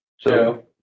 Joe